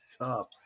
tough